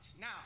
Now